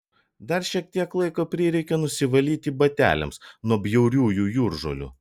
dar šiek tiek laiko prireikė nusivalyti bateliams nuo bjauriųjų jūržolių